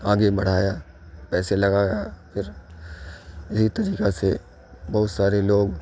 آگے بڑھایا پیسے لگایا پھر اسی طریقہ سے بہت سارے لوگ